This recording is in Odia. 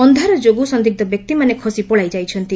ଅନ୍ଧାର ଯୋଗୁଁ ସନ୍ଦିଗ୍ନ ବ୍ୟକ୍ତିମାନେ ଖସି ପଳାଇଯାଇଛନ୍ତି